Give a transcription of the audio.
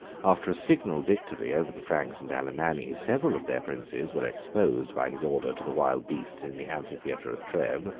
after a signal victory over the franks and alemanni, several of their princes were exposed by his order to the wild beasts in the amphitheatre of treves,